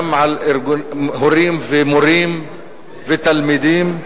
גם על הורים ומורים ותלמידים,